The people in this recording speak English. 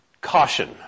Caution